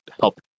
help